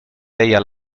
deia